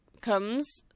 comes